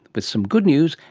but some good news,